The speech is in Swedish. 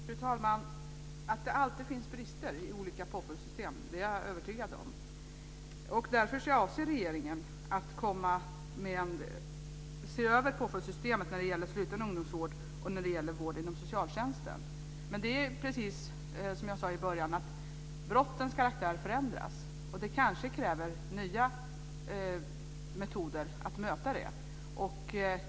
Fru talman! Jag är övertygad om att det alltid finns brister i olika påföljdssystem. Därför avser regeringen att se över påföljdssystemet när det gäller sluten ungdomsvård och när det gäller vård inom socialtjänsten. Men det är precis som jag sade i början. Brottens karaktär förändras, och det kanske krävs nya metoder för att möta det här.